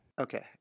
Okay